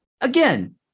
Again